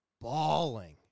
bawling